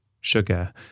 sugar